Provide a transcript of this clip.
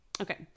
okay